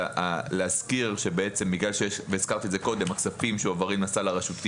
להזכיר שבגלל שיש כספים שעוברים לסל הרשותי